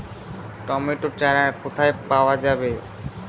Tomato চারা কোথায় পাওয়া যাবে?